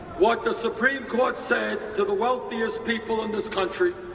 what the supreme court said to the wealthiest people of this country,